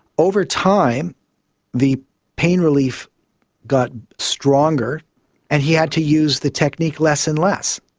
over time the pain relief got stronger and he had to use the technique less and less.